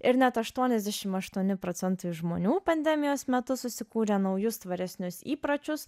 ir net aštuoniasdešim aštuoni procentai žmonių pandemijos metu susikūrė naujus tvaresnius įpročius